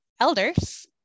elders